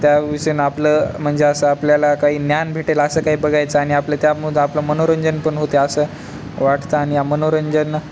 त्या विषयनं आपलं म्हणजे असं आपल्याला काही ज्ञान भेटेल असं काही बघायचं आणि आपलं त्यामुळे आपलं मनोरंजनपण होते असं वाटतं आणि या मनोरंजन